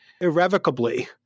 irrevocably